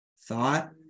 thought